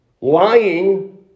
Lying